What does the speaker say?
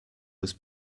was